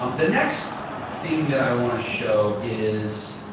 um the next thing that i want to show is